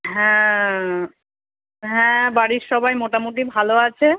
হ্যাঁ হ্যাঁ বাড়ির সবাই মোটামুটি ভালো আছে